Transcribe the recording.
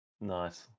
nice